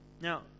Now